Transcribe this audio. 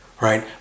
right